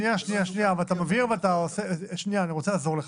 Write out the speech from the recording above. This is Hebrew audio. שנייה, אני רוצה לעזור לך.